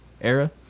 era